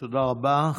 תודה רבה.